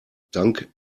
dank